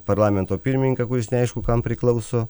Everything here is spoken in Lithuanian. parlamento pirmininką kuris neaišku kam priklauso